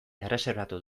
erreserbatu